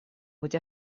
быть